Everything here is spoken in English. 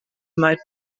might